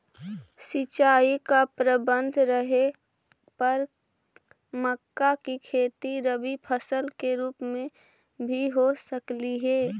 सिंचाई का प्रबंध रहे पर मक्का की खेती रबी फसल के रूप में भी हो सकलई हे